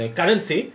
currency